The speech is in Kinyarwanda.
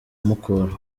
mukura